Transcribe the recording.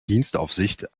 dienstaufsicht